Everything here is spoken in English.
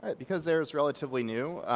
because ar's relatively new,